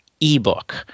ebook